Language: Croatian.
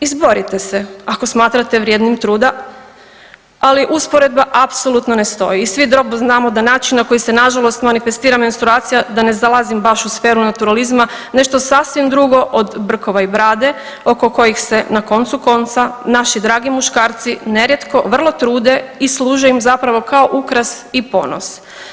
Izborite se, ako smatrate vrijednim truda, ali usporedba apsolutno ne stoji i svi dobro znamo da način na koji se nažalost, manifestira menstruacija, da ne zalazim baš u sferu naturalizma, nešto sasvim drugo od brkova i brade, oko kojih se, na koncu konca, naši dragi muškarci nerijetko vrlo trude i služe im zapravo kao ukras i ponos.